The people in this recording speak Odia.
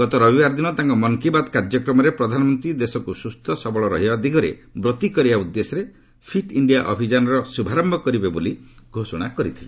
ଗତ ରବିବାର ଦିନ ତାଙ୍କ ମନ୍ କି ବାତ୍ କାର୍ଯ୍ୟକ୍ରମରେ ପ୍ରଧାନମନ୍ତ୍ରୀ ଦେଶକୁ ସୁସ୍ଥ ସବଳ ରହିବା ଦିଗରେ ବ୍ରତୀ କରାଇବା ଉଦ୍ଦେଶ୍ୟରେ ଫିଟ୍ ଇଣ୍ଡିଆ ଅଭିଯାନର ଶୁଭାରମ୍ଭ କରିବେ ବୋଲି ଘୋଷଣା କରିଥିଲେ